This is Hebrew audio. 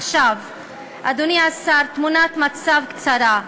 אדוני השר, תמונת מצב קצרה: